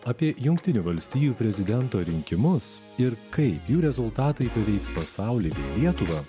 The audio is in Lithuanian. apie jungtinių valstijų prezidento rinkimus ir kaip jų rezultatai paveiks pasaulį ir lietuvą